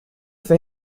for